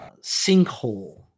sinkhole